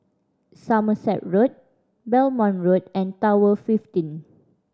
Somerset Road Belmont Road and Tower fifteen